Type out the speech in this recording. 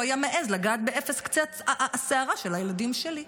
היה מעז לגעת באפס קצה השערה של הילדים שלי.